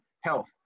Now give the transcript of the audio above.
health